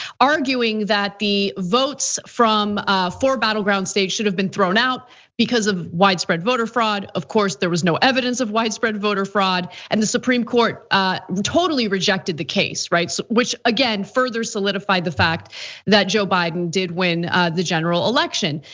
arguing that the votes from four battleground states should have been thrown out because of widespread voter fraud. of course, there was no evidence of widespread voter fraud and the supreme court totally rejected the case, right? which again, further solidified the fact that joe biden did win the general election.